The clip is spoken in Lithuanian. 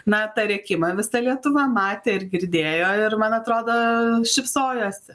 na tą rėkimą visa lietuva matė ir girdėjo ir man atrodo šypsojosi